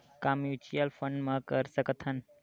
का mutual fund म कर सकत हन?